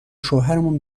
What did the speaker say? شوهرمون